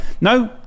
no